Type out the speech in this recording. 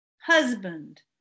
husband